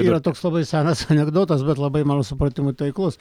yra toks labai senas anekdotas bet labai mano supratimu taiklus